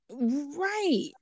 right